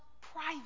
private